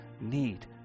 need